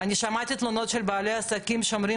אני שמעתי תלונות של בעלי עסקים שאומרים